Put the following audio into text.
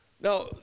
Now